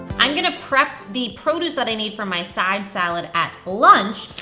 i'm gonna prep the produce that i need for my side salad at lunch,